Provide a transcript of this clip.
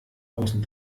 außen